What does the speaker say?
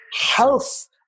health